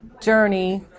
journey